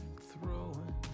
throwing